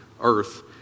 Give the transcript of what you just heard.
earth